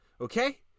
Okay